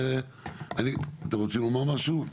אתם רוצים לומר משהו?